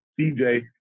CJ